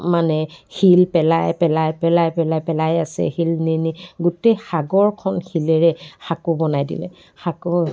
মানে শিল পেলাই পেলাই পেলাই পেলাই পেলাই আছে শিল নি নি গোটেই সাগৰখন শিলেৰে সাঁকো বনাই দিলে সাঁকো